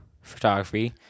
photography